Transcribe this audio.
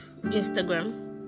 Instagram